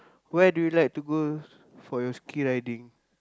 why do you like to go for your skii riding